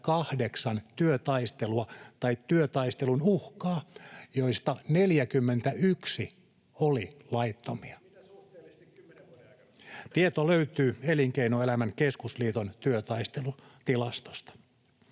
työtaistelua tai työtaistelun uhkaa, joista 41 oli laittomia, ja tämä tieto löytyy Elinkeinoelämän keskusliiton työtaistelutilastosta.